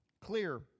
Clear